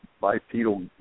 bipedal